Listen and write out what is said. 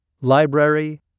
library